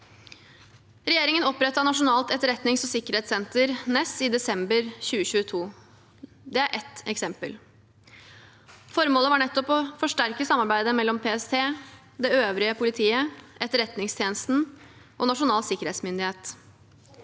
Regjeringen opprettet Nasjonalt etterretnings- og sikkerhetssenter, NESS, i desember 2022. Det er ett eksempel. Formålet var nettopp å forsterke samarbeidet mellom PST, det øvrige politiet, Etterretningstjenesten og Nasjonal sikkerhetsmyndighet.